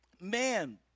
Man